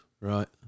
Right